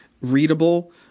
readable